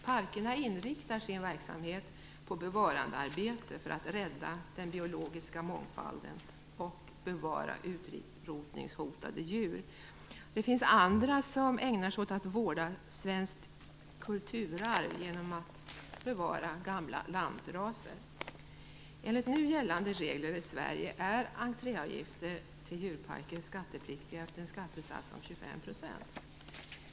Parkerna inriktar sin verksamhet på bevarandearbete för att rädda den biologiska mångfalden och bevara utrotningshotade djurarter. Andra ägnar sig åt att vårda vårt svenska kulturarv genom att bevara gamla lantraser. Enligt nu gällande regler i Sverige är entréavgifter till djurparker skattepliktiga till en skattesats om 25 %.